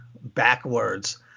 backwards